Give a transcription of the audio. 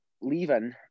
leaving